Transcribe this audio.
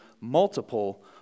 multiple